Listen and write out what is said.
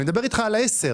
אני מדבר על (10).